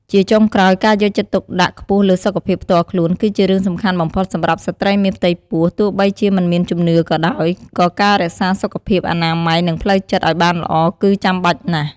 ជាចុងក្រោយ ការយកចិត្តទុកដាក់ខ្ពស់លើសុខភាពផ្ទាល់ខ្លួន គឺជារឿងសំខាន់បំផុតសម្រាប់ស្ត្រីមានផ្ទៃពោះ ទោះបីជាមិនមានជំនឿក៏ដោយ ក៏ការរក្សាសុខភាព អនាម័យ និងផ្លូវចិត្តឲ្យបានល្អ គឺចាំបាច់ណាស់។